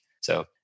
So-